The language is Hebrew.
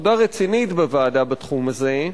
עבודה רצינית בוועדה בתחום הזה,